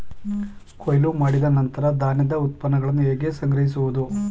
ಕೊಯ್ಲು ಮಾಡಿದ ನಂತರ ಧಾನ್ಯದ ಉತ್ಪನ್ನಗಳನ್ನು ಹೇಗೆ ಸಂಗ್ರಹಿಸುವುದು?